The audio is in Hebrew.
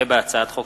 הצעת חוק